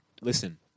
Listen